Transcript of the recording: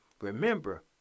remember